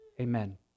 Amen